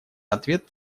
ответ